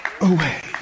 away